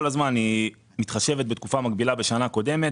כל הזמן היא מתחשבת בתקופה מקבילה בשנה קודמת,